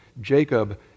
Jacob